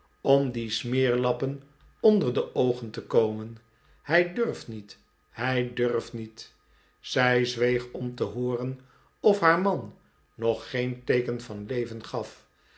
om die smeerlappen onder de oogen te komen hij durft niet hij durft niet zij zweeg om te hooren of haar man nog geen teeken van leven gaf